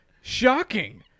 Shocking